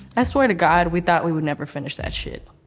i swear to god, we thought we would never finish that shit.